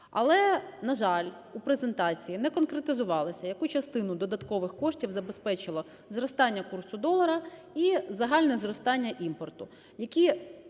але, на жаль, у презентації не конкретизувалося, яку частину додаткових коштів забезпечило зростання курсу долара і загальне зростання імпорту, які